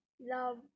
love